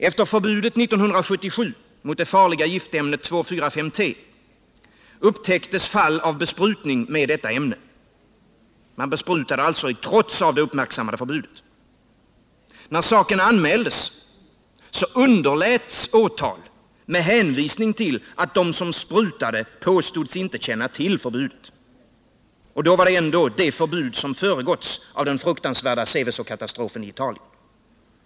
Efter förbudet 1977 mot det farliga giftämnet 2,4,5-T upptäcktes fall av besprutning med detta ämne. Mån besprutade alltså i trots av det uppmärksammade förbudet. När saken anmäldes, underläts åtal med hänvisning till att de som sprutade påstods inte känna till förbudet. Då var det ändå ett förbud som föregåtts av den fruktansvärda Sevesokatastrofen i Italien.